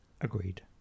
Agreed